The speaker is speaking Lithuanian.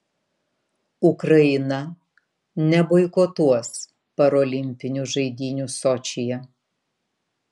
ukraina neboikotuos parolimpinių žaidynių sočyje